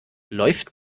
läuft